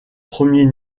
premiers